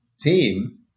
team